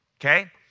Okay